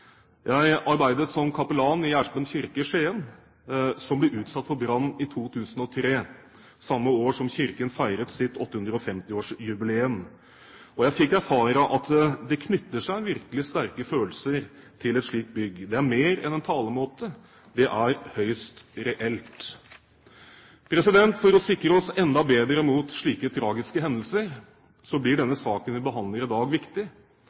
Jeg arbeidet som kapellan i Gjerpen kirke i Skien, som ble utsatt for brann i 2003 – samme år som kirken feiret sitt 850-årsjubileum. Jeg fikk erfare at det knytter seg virkelig sterke følelser til et slikt bygg. Det er mer enn en talemåte; det er høyst reelt. For å sikre oss enda bedre mot slike tragiske hendelser blir den saken vi behandler i dag, viktig,